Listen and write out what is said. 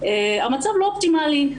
המצב לא אופטימלי.